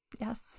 Yes